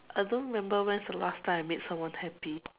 I don't remember when's the last time I made someone happy